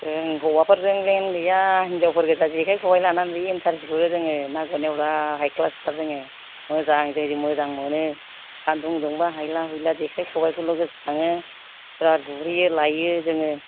जों हौवाफोरजों लिंक गैया हिनजावफोर गोजा जेखाइ खबाय लानानै जि इन्टारेस्ट होयो जोङो ना गुरनायाव बिराद हाय क्लास थार जोङो मोजां जि मोजां मोनो सान्दुं दुंबा हायला हुयला जेखाइ खबायखौल' गोसोखाङो बिराद गुरहैयो लायो जोङो